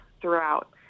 throughout